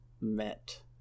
met